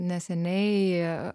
neseniai jie